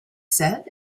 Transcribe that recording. said